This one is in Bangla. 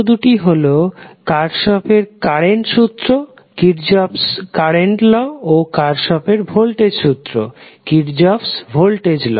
এই দুটি হলো কার্শফের কারেন্ট সূত্র Kirchhoff's current law ও কার্শফের ভোল্টেজ সূত্র Kirchhoff's voltage law